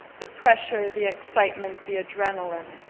the pressure the excitement, the adrenaline.